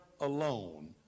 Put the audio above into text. alone